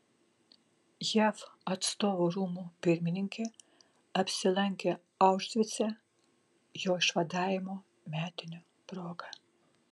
jav atstovų rūmų pirmininkė apsilankė aušvice jo išvadavimo metinių proga